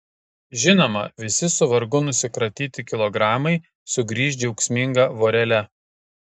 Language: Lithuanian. žinoma visi su vargu nusikratyti kilogramai sugrįš džiaugsminga vorele